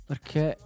Perché